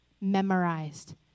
memorized